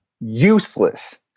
useless